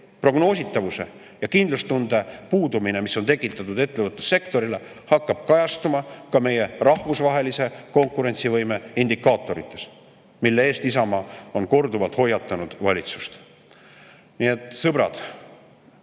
prognoositavuse ja kindlustunde puudumine, mis on tekitatud ettevõtlussektorile, hakkab kajastuma ka meie rahvusvahelise konkurentsivõime indikaatorites. Selle eest on Isamaa korduvalt valitsust hoiatanud. Nii et, sõbrad,